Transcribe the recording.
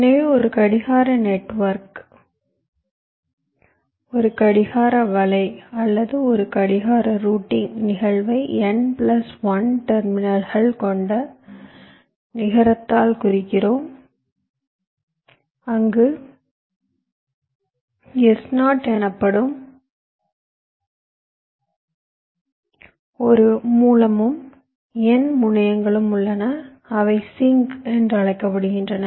எனவே ஒரு கடிகார நெட்வொர்க் ஒரு கடிகார வலை அல்லது ஒரு கடிகார ரூட்டிங் நிகழ்வை n பிளஸ் 1 டெர்மினல்கள் கொண்ட நிகரத்தால் குறிக்கிறோம் அங்கு S0 எனப்படும் ஒரு மூலமும் n முனையங்களும் உள்ளன அவை சிங்க் என்று அழைக்கப்படுகின்றன